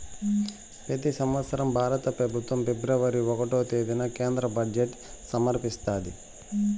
పెతి సంవత్సరం భారత పెబుత్వం ఫిబ్రవరి ఒకటో తేదీన కేంద్ర బడ్జెట్ సమర్పిస్తాది